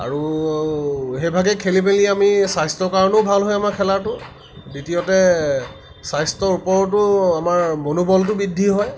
আৰু সেইভাগেই খেলি মেলি আমি স্বাস্থ্যৰ কাৰণেও ভাল হয় আমাৰ খেলাটো দ্বিতীয়তে স্বাস্থ্যৰ ওপৰতো আমাৰ মনোবলটো বৃদ্ধি হয়